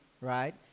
right